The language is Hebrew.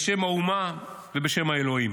בשם האומה ובשם האלוהים.